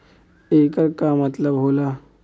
येकर का मतलब होला?